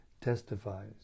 testifies